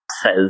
Says